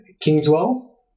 Kingswell